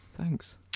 thanks